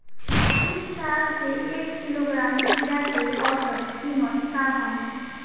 तीन साल से एक किलोग्राम खीरा के औसत किमत का ह?